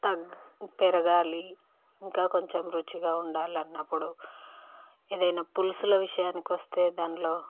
తగ్గ పెరగాలి ఇంకొంచెం రుచిగా ఉండాలి అన్నప్పుడు ఏదైనా పులుసుల విషయానికి వస్తే దాంట్లో